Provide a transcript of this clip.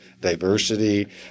diversity